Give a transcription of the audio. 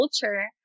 culture